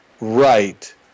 right